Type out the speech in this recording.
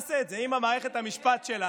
איך נעשה את זה אם מערכת המשפט שלנו,